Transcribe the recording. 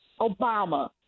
Obama